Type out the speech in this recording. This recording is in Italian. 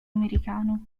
americano